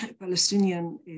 Palestinian